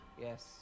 Yes